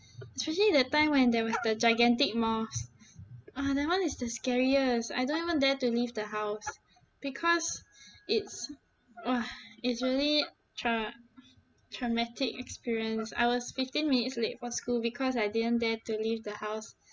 especially that time when there was the gigantic moths uh that one is the scariest I don't even dare to leave the house because it's !wah! it's really tra~ traumatic experience I was fifteen minutes late for school because I didn't dare to leave the house